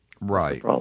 Right